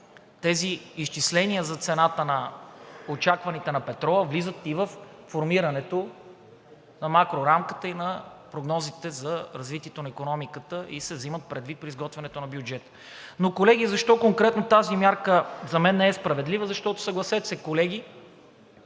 тези изчисления за очакваната цена на петрола влизат във формирането на макрорамката и на прогнозите за развитието на икономиката и се взимат предвид при изготвянето на бюджета. Но, колеги, защо конкретно тази мярка за мен не е справедлива? Защото съгласете се, колеги,